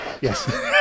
Yes